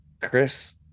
Chris